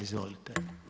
Izvolite.